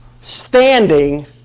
standing